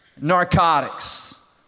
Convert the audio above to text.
narcotics